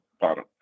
bottom